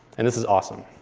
and this is awesome.